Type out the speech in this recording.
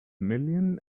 million